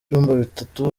bitatu